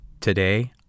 Today